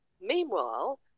Meanwhile